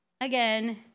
again